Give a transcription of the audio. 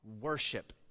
worship